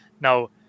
now